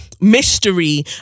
mystery